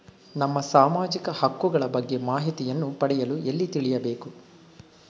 ನಮ್ಮ ಸಾಮಾಜಿಕ ಹಕ್ಕುಗಳ ಬಗ್ಗೆ ಮಾಹಿತಿಯನ್ನು ಪಡೆಯಲು ಎಲ್ಲಿ ತಿಳಿಯಬೇಕು?